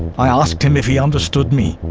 i asked him if he understood me.